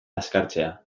azkartzea